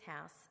house